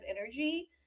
energy